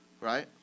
right